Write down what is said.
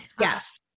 Yes